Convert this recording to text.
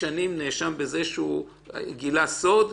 אדם שמתמודד רשום שלפני איקס שנים הוא נאשם בזה שהוא גילה סוד.